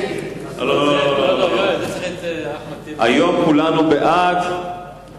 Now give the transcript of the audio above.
היום כולנו בעד